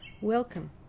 Welcome